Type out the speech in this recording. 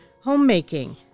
homemaking